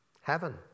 Heaven